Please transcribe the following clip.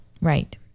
Right